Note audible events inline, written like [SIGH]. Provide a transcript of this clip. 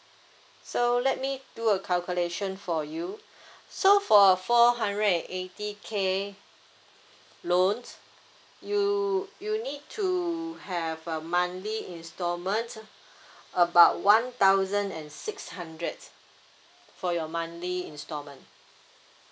so let me do a calculation for you [BREATH] so for a four hundred and eighty K loan you you need to have a monthly installment [BREATH] about one thousand and six hundreds for your monthly installment